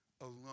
alone